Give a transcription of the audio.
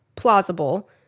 plausible